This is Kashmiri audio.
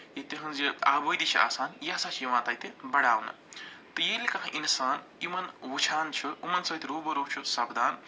یہِ تِہنٛزۍ یہِ آبٲدی چھِ آسان یہِ ہسا چھِ یِوان تَتہِ بَڑاونہٕ تہٕ ییٚلہِ کانٛہہ اِنسان یِمن وٕچھان چھُ یِمن سۭتۍ روٗبَروٗ چھُ سپدان